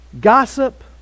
gossip